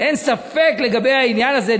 אין ספק לגבי העניין הזה,